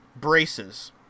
braces